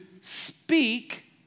speak